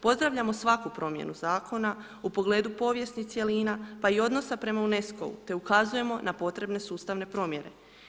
Pozdravljamo svaku promjenu zakona u pogledu povijesnih cjelina, pa i odnosa prema UNESCO-u te ukazujemo na potrebne sustavne promjene.